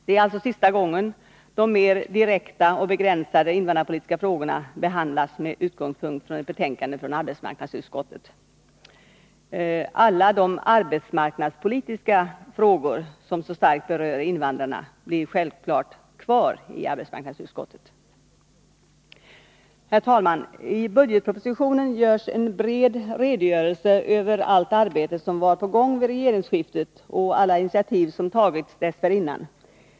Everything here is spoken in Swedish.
Det är alltså sista gången de mer direkta och begränsade invandrarpolitiska frågorna behandlas med utgångspunkt i ett betänkande från arbetsmarknadsutskottet. Alla de arbetsmarknadspolitiska frågor som så starkt berör invandrarna blir självfallet kvar i arbetsmarknadsutskottet. Herr talman! I budgetpropositionen görs en bred redogörelse för allt arbete som var på gång vid regeringsskiftet och alla initiativ som tagits dessförinnan.